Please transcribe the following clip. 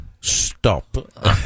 stop